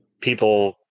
people